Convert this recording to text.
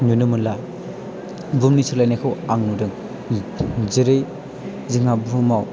नुनो मोनला बुहुमनि सोलायनायखौ आं नुदों जेरै जोंहा बुहुमाव